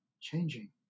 changing